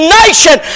nation